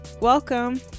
welcome